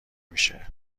میشه